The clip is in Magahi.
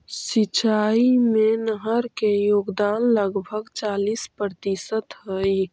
सिंचाई में नहर के योगदान लगभग चालीस प्रतिशत हई